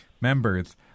members